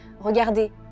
Regardez